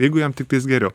jeigu jam tiktais geriau